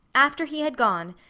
after he had gone,